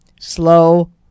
Slow